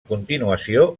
continuació